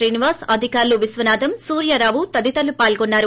శ్రీనివాస్ అధికారులు విశ్వనాథం సూర్యారావు తదితరులు పాల్గొన్నారు